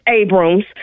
Abrams